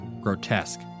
grotesque